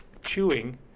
chewing